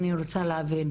אני רק רוצה להבין,